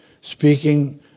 speaking